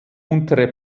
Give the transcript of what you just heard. untere